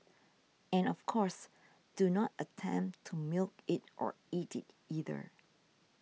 and of course do not attempt to milk it or eat it either